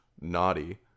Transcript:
naughty